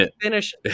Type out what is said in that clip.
finish